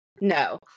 no